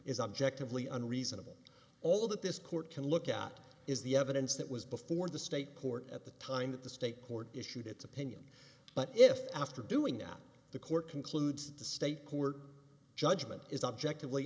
is objectively unreasonable all that this court can look at is the evidence that was before the state court at the time that the state court issued its opinion but if after doing that the court concludes that the state court judgment is objectively